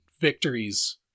victories